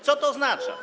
Co to oznacza?